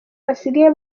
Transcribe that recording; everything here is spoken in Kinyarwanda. basigaye